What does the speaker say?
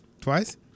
Twice